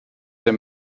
der